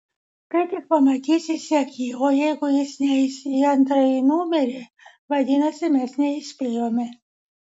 kai tik pamatysi sek jį o jeigu jis neis į antrąjį numerį vadinasi mes neįspėjome